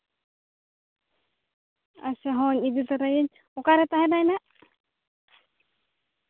ᱟᱪᱪᱷᱟ ᱦᱳᱭ ᱤᱫᱤ ᱛᱚᱨᱟᱭᱮᱭᱟᱹᱧ ᱚᱠᱟ ᱨᱮ ᱛᱟᱦᱮᱱᱟᱭ ᱱᱟᱜ